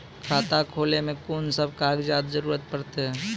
खाता खोलै मे कून सब कागजात जरूरत परतै?